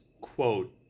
quote